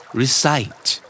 recite